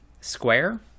square